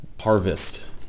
harvest